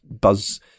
Buzz